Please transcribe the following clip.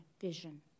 vision